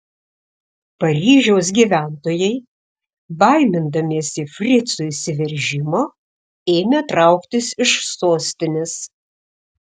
paryžiaus gyventojai baimindamiesi fricų įsiveržimo ėmė trauktis iš sostinės